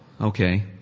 okay